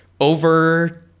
over